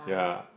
ya